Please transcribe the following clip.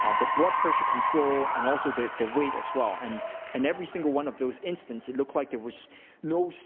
ah their blood pressure control, and also their their weight as well. and in every single one of those instances it looked like there was no so